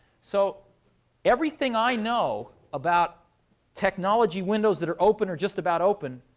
so everything i know about technology windows that are open, or just about open,